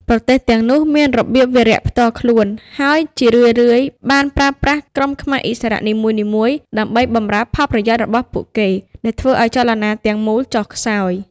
ប្រទេសទាំងនោះមានរបៀបវារៈផ្ទាល់ខ្លួន ហើយជារឿយៗបានប្រើប្រាស់ក្រុមខ្មែរឥស្សរៈនីមួយៗដើម្បីបម្រើផលប្រយោជន៍របស់ពួកគេ ដែលធ្វើឱ្យចលនាទាំងមូលចុះខ្សោយ។